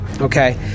Okay